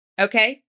Okay